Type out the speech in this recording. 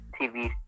TV